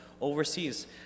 overseas